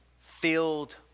filled